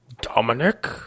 Dominic